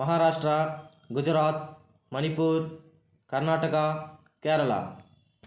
Maharashtra Gujarat Manipur Karnataka Kerala